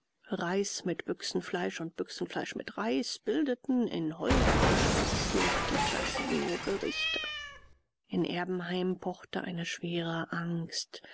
reis mit büchsenfleisch und büchsenfleisch mit reis bildeten in holder abwechslung die kasinogerichte in erbenheim pochte eine schwere angst